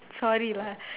sorry lah